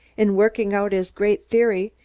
in working out his great theory,